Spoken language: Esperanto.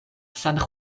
san